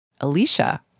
Alicia